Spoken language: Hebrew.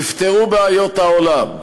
נפתרו בעיות העולם.